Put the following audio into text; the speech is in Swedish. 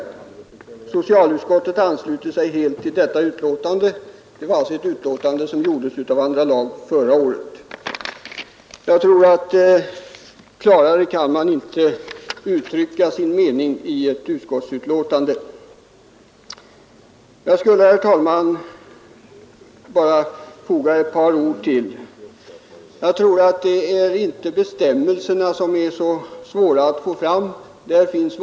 Socialutskottet ansluter sig helt till detta uttalande.” Jag tror att man inte klarare kan uttrycka sin mening i ett utskottsbetänkande. Jag skulle, herr talman, bara till detta vilja foga ytterligare ett par ord. Jag tror inte att svårigheten består i att få fram bestämmelser.